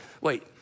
wait